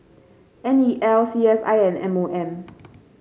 N E L C S I and M O M